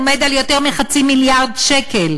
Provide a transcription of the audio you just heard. עומד על יותר מחצי מיליארד שקל,